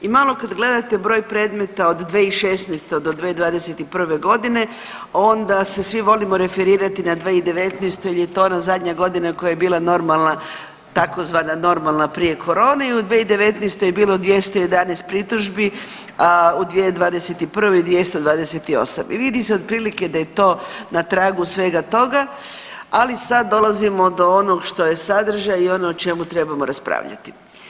I malo kad gledate broj predmeta od 2016. do 2021. godine onda se svi volimo referirati na 2019. jer je to ona zadnja godina koja je bila normalna tzv. normalna prije korone i u 2019. je bilo 211 pritužbi, a u 2021. 228 i vidi se otprilike da je to na tragu svega toga, ali sad dolazimo do onoga što je sadržaj i ono o čemu trebamo raspravljati.